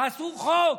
תעשו חוק.